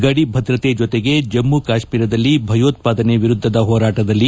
ಗಡಿ ಭದ್ರತೆ ಜೊತೆಗೆ ಜಮ್ನು ಕಾಶ್ಲೀರದಲ್ಲಿ ಭಯೋತ್ಪಾದನೆ ವಿರುದ್ದದ ಹೋರಾಟದಲ್ಲಿ